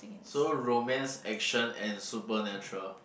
so romance action and supernatural